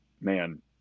man